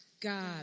God